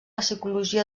psicologia